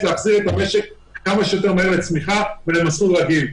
להחזיר את המשק כמה שיותר מהר לצמיחה ולמסלול רגיל.